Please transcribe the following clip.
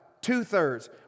Two-thirds